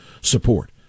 support